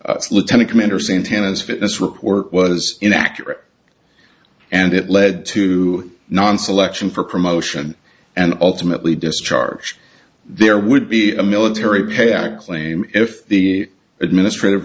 that lieutenant commander santana's fitness report was inaccurate and it led to non selection for promotion and ultimately discharge there would be a military pay act claim if the administrative